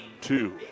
two